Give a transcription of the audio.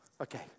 Okay